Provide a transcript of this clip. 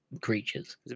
creatures